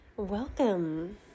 Welcome